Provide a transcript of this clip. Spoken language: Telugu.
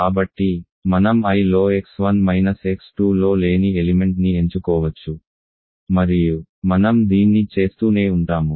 కాబట్టి మనం Iలో x1 మైనస్ x2లో లేని ఎలిమెంట్ ని ఎంచుకోవచ్చు మరియు మనం దీన్ని చేస్తూనే ఉంటాము